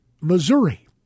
Missouri